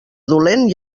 dolent